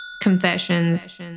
Confessions